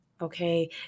okay